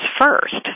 first